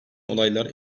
olaylar